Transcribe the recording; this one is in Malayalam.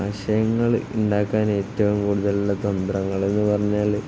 ആശയങ്ങളുണ്ടാക്കാൻ ഏറ്റവും കൂടുതലുള്ള തന്ത്രങ്ങളെന്ന് പറഞ്ഞാല്